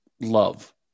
love